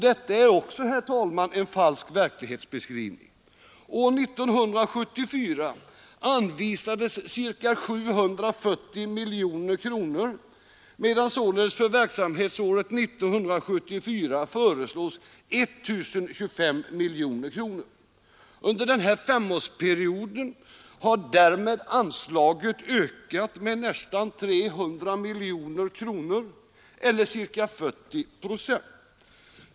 Detta är också, herr talman, en falsk verklighetsbeskrivning. År 1970 anvisades ca 740 miljoner kronor, medan således för verksamhetsåret 1974 föreslås 1 025 miljoner kronor. Under den här femårsperioden har därmed anslaget ökat med nästan 300 miljoner kronor eller ca 40 procent.